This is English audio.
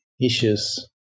issues